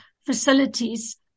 facilities